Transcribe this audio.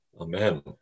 Amen